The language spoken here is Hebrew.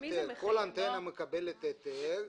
כל אנטנה מקבלת היתר.